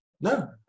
No